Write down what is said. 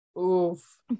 oof